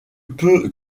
peut